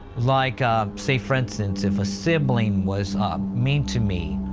like, say for instance, if a sibling was mean to me,